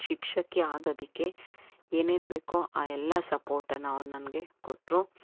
ಶಿಕ್ಷಕಿ ಆಗೋದಕ್ಕೆ ಏನೇನು ಬೇಕೋ ಆ ಎಲ್ಲ ಸಪೋರ್ಟನ್ನು ಅವ್ರು ನನಗೆ ಕೊಟ್ಟರು